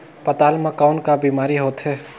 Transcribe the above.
पातल म कौन का बीमारी होथे?